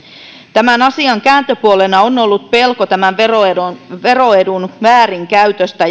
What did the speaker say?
tämän asian kääntöpuolena on ollut pelko tämän veroedun väärinkäytöstä